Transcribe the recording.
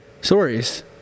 stories